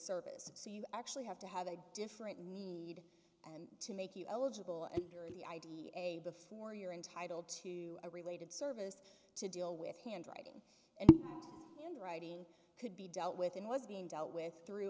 services so you actually have to have a different need and to make you eligible and early id a before you're entitled to a related service to deal with handwriting handwriting could be dealt with and was being dealt with through